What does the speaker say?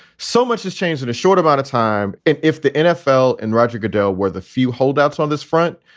so much has changed in a short amount of time. and if the nfl and roger goodell were the few holdouts on this front,